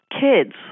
kids